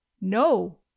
No